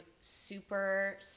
super